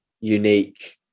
unique